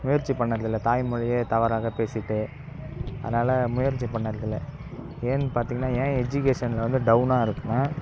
முயற்சி பண்ணுறதில்ல தாய்மொழியே தவறாக பேசிவிட்டு அதனால் முயற்சி பண்ணறதில்ல ஏன்னு பார்த்தீங்கன்னா ஏன் எஜுகேஷனில் வந்து டவுனாக இருக்குதுனா